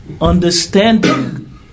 Understanding